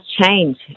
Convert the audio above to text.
change